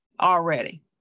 already